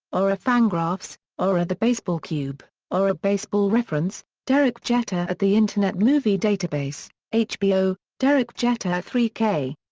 or ah fangraphs, or or the baseball cube, or ah baseball-reference derek jeter at the internet movie database hbo derek jeter three k.